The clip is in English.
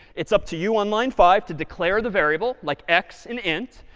it's up to you on line five to declare the variable, like x and int.